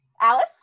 alice